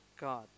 God